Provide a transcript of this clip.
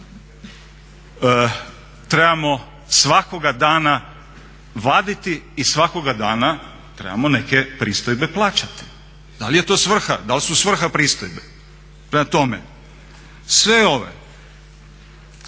trebamo svakoga dana vaditi i svakoga dana trebamo neke pristojbe plaćati. Da li je to svrha, da li su svrha pristojbe. Prema